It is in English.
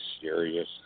serious